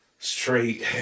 Straight